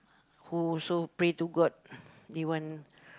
who also pray to god they want